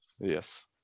Yes